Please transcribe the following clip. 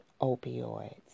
opioids